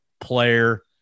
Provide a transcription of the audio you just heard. player